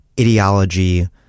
ideology